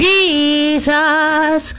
Jesus